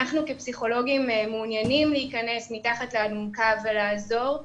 אנחנו כפסיכולוגים מעוניינים להיכנס מתחת לאלונקה ולעזור,